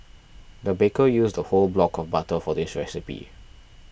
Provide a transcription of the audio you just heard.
the baker used a whole block of butter for this recipe